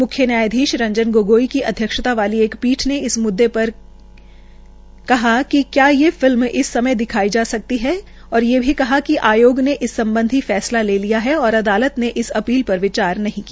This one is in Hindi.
मुख्य न्यायधीश रंजन गोगोई की अध्यक्षता वाली एक पीठ ने इस मुददे पर कि क्या यह फिल्म इस समय दिखाई जा सकती है कहा कि आयोग ने इस सम्बधी फैसला ले लिया है और अदालत ने इस अपील पर विचार नहीं किया